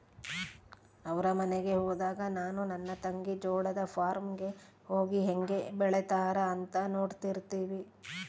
ಅವರ ಮನೆಗೆ ಹೋದಾಗ ನಾನು ನನ್ನ ತಂಗಿ ಜೋಳದ ಫಾರ್ಮ್ ಗೆ ಹೋಗಿ ಹೇಂಗೆ ಬೆಳೆತ್ತಾರ ಅಂತ ನೋಡ್ತಿರ್ತಿವಿ